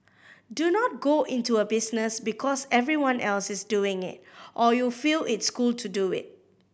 do not go into a business because everyone else is doing it or you feel it's cool to do it